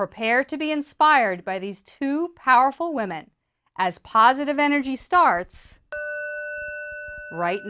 prepare to be inspired by these two powerful women as positive energy starts right